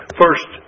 first